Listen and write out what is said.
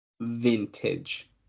Vintage